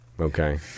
Okay